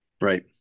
Right